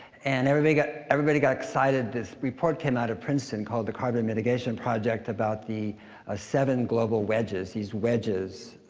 and everybody got everybody got excited. this report came out of princeton called the carbon mitigation project about the ah seven global wedges, these wedges.